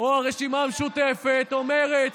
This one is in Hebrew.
או הרשימה המשותפת או מרצ.